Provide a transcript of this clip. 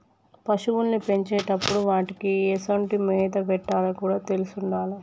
పశువుల్ని పెంచేటప్పుడు వాటికీ ఎసొంటి మేత పెట్టాలో కూడా తెలిసుండాలి